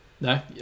no